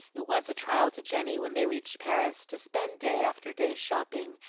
it was a trial to jenny, when they reached paris, to spend day after day shopping,